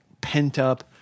pent-up